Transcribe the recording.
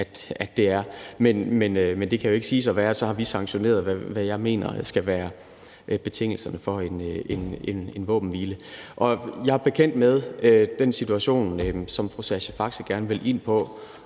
at det er. Men det kan jo ikke siges at være det samme, som at vi så har sanktioneret, hvad jeg mener skal være betingelserne for en våbenhvile. Jeg er bekendt med den situation, som fru Sascha Faxe gerne vil ind på.